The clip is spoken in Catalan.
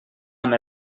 amb